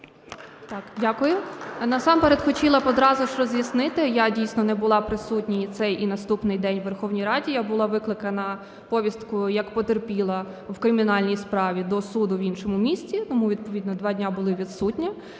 Дякую. Насамперед, хотіла б одразу ж роз'яснити, я дійсно не було присутня цей і наступний день у Верховній Раді. Я була викликана повісткою як потерпіла в кримінальній справі до суду в іншому місці. Тому відповідно два дні була відсутня.